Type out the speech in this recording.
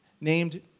named